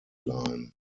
line